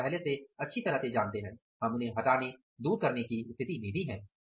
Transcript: हम उन्हें पहले से अच्छी तरह से जानते हैं हम उन्हें हटाने की स्थिति में हैं